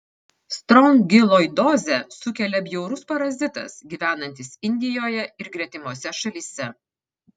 strongiloidozę sukelia bjaurus parazitas gyvenantis indijoje ir gretimose šalyse